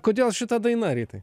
kodėl šita daina rytai